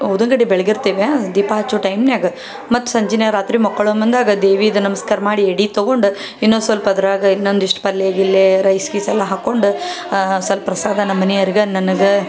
ಊದಿನ ಕಡ್ಡಿ ಬೆಳ್ಗಿರ್ತೀವಿ ದೀಪ ಹಚ್ಚೊ ಟೈಮ್ನ್ಯಾಗ ಮತ್ತು ಸಂಜೆನೆ ರಾತ್ರಿ ಮಲ್ಕೊಳ್ಳೊ ಬಂದಾಗ ದೇವಿದು ನಮಸ್ಕಾರ ಮಾಡಿ ಎಡೆ ತೊಗೊಂಡು ಇನ್ನೂ ಸ್ವಲ್ಪ ಅದ್ರಾಗ ಇನ್ನೊಂದು ಇಷ್ಟು ಪಲ್ಯ ಗಿಲ್ಲೆ ರೈಸ್ ಗೀಸ್ ಎಲ್ಲ ಹಾಕೊಂಡು ಸ್ವಲ್ಪ ಪ್ರಸಾದ ನಮ್ಮ ಮನೆಯೋರ್ಗೆ ನನಗೆ